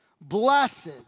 blessed